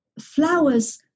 flowers